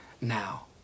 now